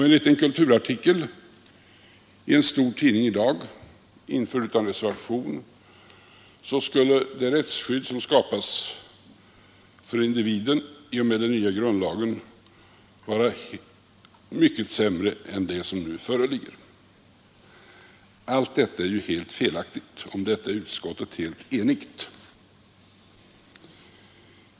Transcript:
Enligt en kulturartikel i en stor tidning i dag, införd utan reservation, skulle det rättsskydd som skapas för individen enligt den nya grundlagen vara mycket sämre än det som nu föreligger. Allt detta är helt felaktigt. Om detta är utskottet enigt.